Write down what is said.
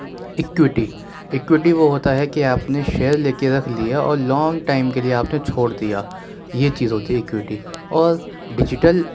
equity equity وہ ہوتا ہے کہ آپ نے شیئر لے کے رکھ لیا اور لانگ ٹائم کے لئے آپ نے چھوڑ دیا یہ چیز ہوتی ہے اکوٹی اور ڈیجیٹل